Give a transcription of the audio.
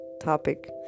topic